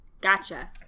Gotcha